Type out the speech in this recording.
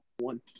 One